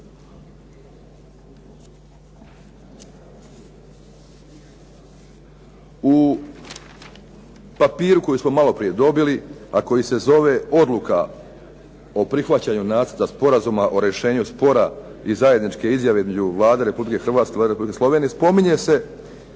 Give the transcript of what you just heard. U papiru koji smo maloprije dobili a koji se zove Odluka o prihvaćanju Nacrta sporazuma o rješenju spora i zajedničke izjave između Vlade Republike Hrvatske i Vlade Republike Slovenije spominje se